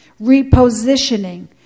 repositioning